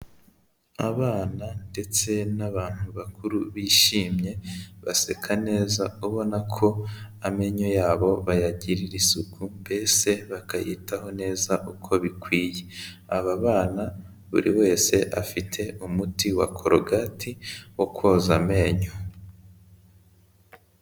Abana ndetse n'abantu bakuru bishimye baseka neza ubona ko amenyo yabo bayagirira isuku mbese bakayitaho neza uko bikwiye, aba bana buri wese afite umuti wa korogati wo koza amenyo.